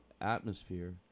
atmosphere